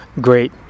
great